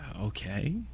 Okay